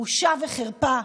בושה וחרפה.